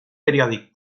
periòdic